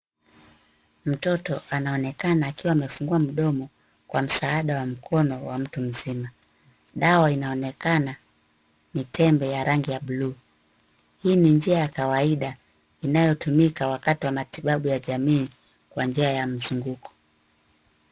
Mtoto anaonekana akiwa amefungua mdomo kwa msaada wa mkono wa mtu mzima. Dawa inaonekana ni tembe ya rangi ya buluu. Hii ni njia ya kawaida inayotumika wakati wa matibabu ya jamii kwa njia ya mzunguko.